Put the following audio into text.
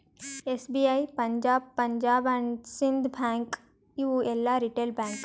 SBI, Punjab, Punjab and Sind bank ಇವು ಎಲ್ಲಾ retail bank